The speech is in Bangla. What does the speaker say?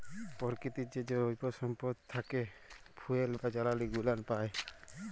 পরকিতির যে জৈব সম্পদ থ্যাকে ফুয়েল বা জালালী গুলান পাই